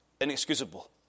inexcusable